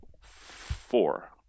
four